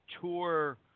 tour